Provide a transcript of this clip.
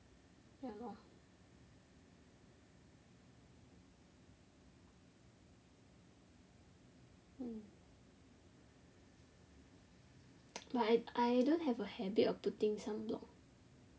ya lor mm but I I don't have a habit of putting sunblock